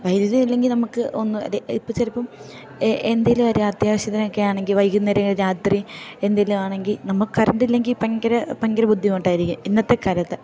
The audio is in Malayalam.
വൈദ്യുതി ഇല്ലെങ്കിൽ നമുക്ക് ഒന്ന് അല്ലേ ഇപ്പം ചിലപ്പം എന്തെങ്കിലും ഒരത്യാവശ്യത്തിനൊക്കെയാണെങ്കിൽ വൈകുന്നേരം രാത്രി എന്തെങ്കിലും ആണെങ്കിൽ നമുക്ക് കറണ്ടില്ലെങ്കിൽ ഭയങ്കര ഭയങ്കര ബുദ്ധിമുട്ടായിരിക്കും ഇന്നത്തെ കാലത്ത്